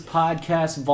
podcast